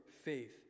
faith